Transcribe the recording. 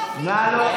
) לתרגם לנו.